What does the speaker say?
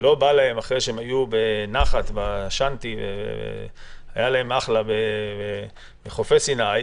לא בא להם אחרי שהם היו בשאנטי והיה להם אחלה בחופי סיני,